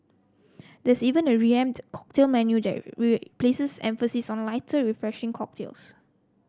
there's even a revamped cocktail menu we places emphasis on lighter refreshing cocktails